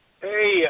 Hey